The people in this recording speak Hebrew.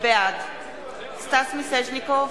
בעד סטס מיסז'ניקוב,